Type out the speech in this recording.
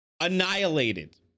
annihilated